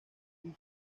uso